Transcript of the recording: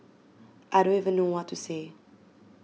I don't even know what to say